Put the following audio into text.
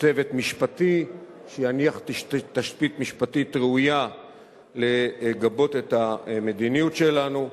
צוות משפטי שיניח תשתית משפטית ראויה לגבות את המדיניות שלנו.